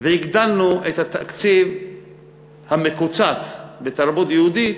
והגדלנו את התקציב המקוצץ של תרבות יהודית